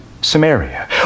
Samaria